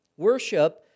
Worship